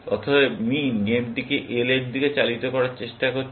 অতএব মিন গেমটিকে L এর দিকে চালিত করার চেষ্টা করছে